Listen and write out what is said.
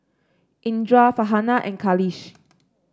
Indra Farhanah and Khalish